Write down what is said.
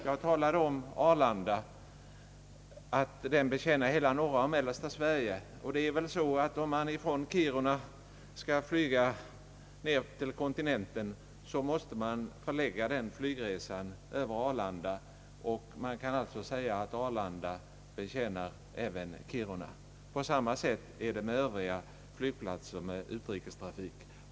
Jag sade att Arlanda betjänar hela norra och mellersta Sverige — om man skall flyga t.ex. från Kiruna ned till kontinenten måste den flygresan gå över Arlanda — och därför kan det sägas att Arlanda betjänar även Kiruna. På samma sätt är det med övriga flygplatser som har utrikestrafik.